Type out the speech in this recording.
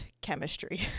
chemistry